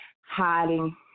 hiding